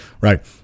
right